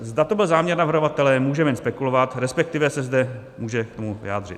Zda to byl záměr navrhovatele, můžeme jen spekulovat, respektive se zde může k tomu vyjádřit.